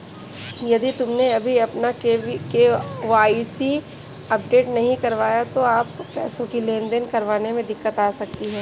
यदि तुमने अभी अपना के.वाई.सी अपडेट नहीं करवाया तो तुमको पैसों की लेन देन करने में दिक्कत आ सकती है